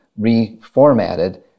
reformatted